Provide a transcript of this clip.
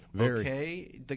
Okay